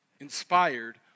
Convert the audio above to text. inspired